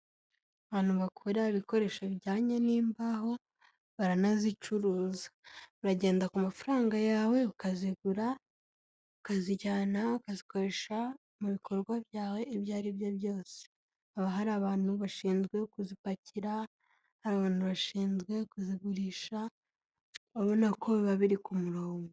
Ahantu bakorera ibikoresho bijyanye n'imbaho, baranazicuruza, uragenda ku mafaranga yawe ukazigura, ukazijyana, ukazikoresha mu bikorwa byawe ibyo aribyo byose, haba hari abantu bashinzwe kuzipakira, abantu bashinzwe kuzigurisha, urabona ko biba biri ku murongo.